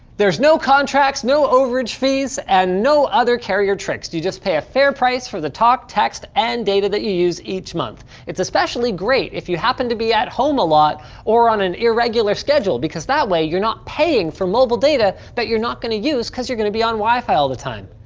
there's no contracts, no overage fees, and no other carrier tricks. you just pay a fair price for the talk, text, and data that you use each month. it's especially great if you happen to be at home a lot or on an irregular schedule because that way you're not paying for mobile data that you're not gonna use cause you're gonna be on wi-fi all the time.